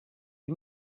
you